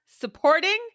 supporting